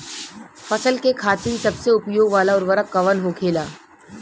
फसल के खातिन सबसे उपयोग वाला उर्वरक कवन होखेला?